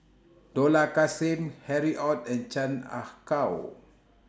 Dollah Kassim Harry ORD and Chan Ah Kow